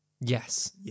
Yes